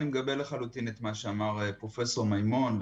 אני מגבה לחלוטין את מה שאמר פרופ' מימון.